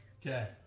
okay